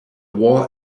war